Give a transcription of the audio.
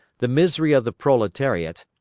the misery of the proletariat,